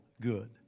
good